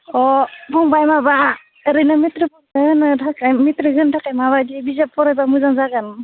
अ फंबाइ माबा ओरैनो मेट्रिक होनो थाखाय माबायदि बिजाब फरायोबा मोजां जागोन